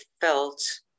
felt